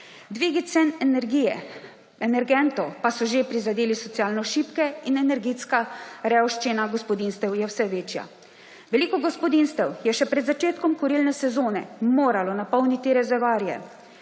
Dvigi cen energije, energentov pa so že prizadeli socialno šibke in energetska revščina gospodinjstev je vse večja. Veliko gospodinjstev je še pred začetkom kurilne sezone moralo napolniti rezervoarje.